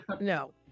no